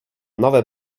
nowe